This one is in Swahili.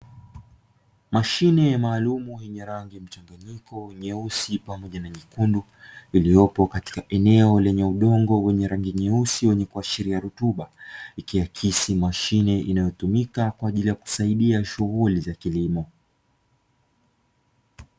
Mashine maalumu yenye rangi mchanganyiko nyeusi pamoja na nyekundu, iliyopo katika eneo lenye udongo wenye rangi nyeusi wenye kuashiria rutuba ikihakisi, mashine inayotumika kwa ajili ya kusaidia shughuli za kilimo.